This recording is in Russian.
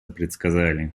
предсказали